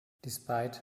despite